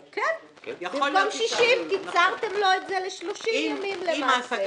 במקום 60 קיצרתם לו את זה ל-30 ימים למעשה.